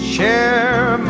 Share